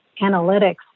analytics